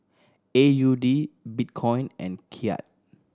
A U D Bitcoin and Kyat